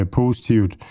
positivt